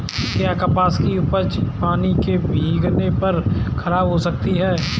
क्या कपास की उपज पानी से भीगने पर खराब हो सकती है?